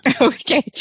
Okay